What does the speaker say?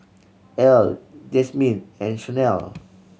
Earl Jasmyne and Chanelle